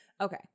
Okay